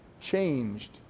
changed